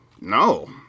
No